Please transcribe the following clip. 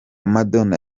madonna